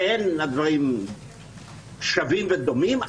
ואין הדברים שווים ודומים,